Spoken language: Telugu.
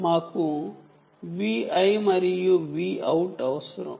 మాకు Vi మరియు Vout అవసరం